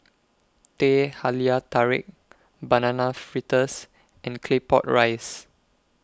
Teh Halia Tarik Banana Fritters and Claypot Rice